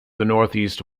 northeast